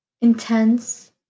intense